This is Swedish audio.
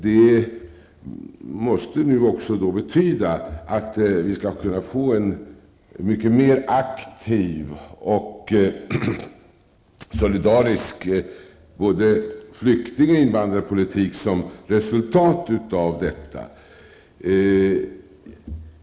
Det måste betyda att vi skall kunna få en mycket mer aktiv och solidarisk både flykting och invandrarpolitik som ett resultat av detta.